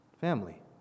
family